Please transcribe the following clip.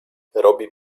robi